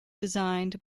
designed